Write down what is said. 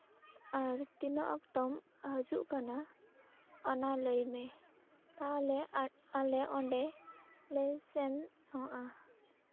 ᱟᱨ ᱛᱤᱱᱟᱹᱜ ᱚᱠᱛᱚᱢ ᱦᱤᱡᱩᱜ ᱠᱟᱱᱟ ᱚᱱᱟ ᱞᱟᱹᱭᱢᱮ ᱟᱞᱮ ᱚᱸᱰᱮ ᱞᱮ ᱥᱮᱱᱚᱜᱼᱟ